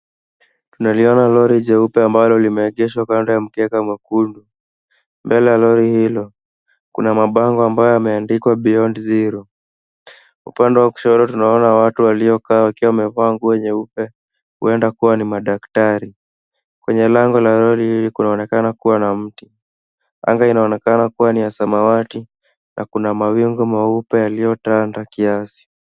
Tunaliona lori jeupe ambalo limeegeshwa kando ya mkeka nyekundu. Mbele ya lori hilo, kuna mabango ambayo yameandikwa, Beyond Zero. Upande wa kushoto tunaona watu walio kaa wakiwa wamevaa nguo nyeupe, huenda kuwa ni madaktari. Kwenye lango la lori hili, kunaonekana kuwa na mti. Anga inaonekana kuwa ni ya samawati na kuna maviongo meupe yaliyotanda kiasi.